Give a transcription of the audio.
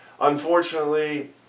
Unfortunately